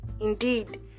Indeed